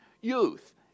youth